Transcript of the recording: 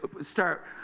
start